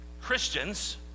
Christians